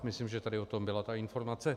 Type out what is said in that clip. Myslím, že tady o tom byla ta informace.